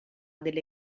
delle